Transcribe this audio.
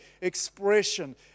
expression